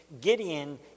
Gideon